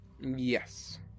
Yes